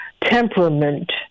temperament